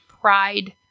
pride